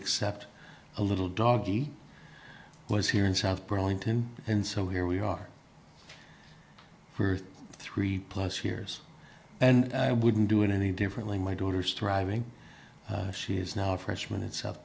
accept a little doggie was here in south burlington and so here we are for three plus years and i wouldn't do it any differently my daughter's thriving she is now a freshman